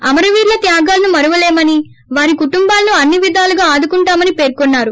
అమరవీరుల త్యాగాలను మరువలేమని వారి కుటుంబాలను అన్ని విధాలుగా ఆదుకుంటామని పెర్కున్నారు